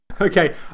okay